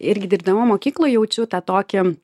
irgi dirbdama mokykloj jaučiau tą tokį